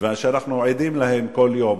שאנחנו עדים להן כל יום.